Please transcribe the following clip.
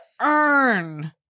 earn